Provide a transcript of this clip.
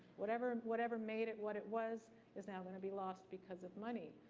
whatever whatever made it what it was is now gonna be lost because of money.